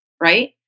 right